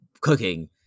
cooking